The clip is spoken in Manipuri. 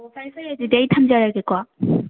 ꯑꯣ ꯐꯔꯦ ꯐꯔꯦ ꯑꯗꯨꯗꯤ ꯑꯩ ꯊꯝꯖꯔꯒꯦꯀꯣ